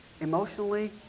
emotionally